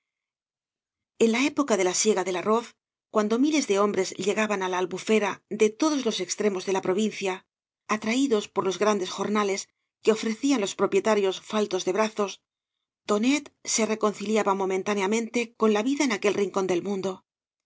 en la época de la siega del arroz cuando miles de hombres llegaban á la albufera de todos los extremos de la provincia atraídos por los grandes jornales que ofrecían los propietarios faltos de brazos tonet se reconciliaba momentáneamente con la vida en aquel rincón del mundo